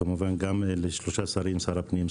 וכמובן גם לשלושה שרים: שר הפנים,